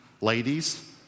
ladies